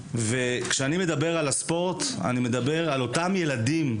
כשאני מדבר על הספורט אני מדבר על אותם ילדים,